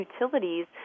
utilities